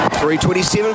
327